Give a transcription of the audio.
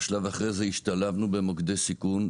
בשלב אחרי זה השתלבנו במוקדי סיכון,